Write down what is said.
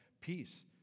peace